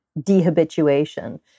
dehabituation